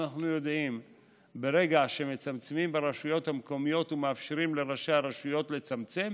אנחנו יודעים שברגע שמצמצמים ברשויות ומאפשרים לראשי הרשויות לצמצם,